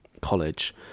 college